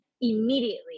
immediately